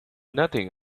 nothing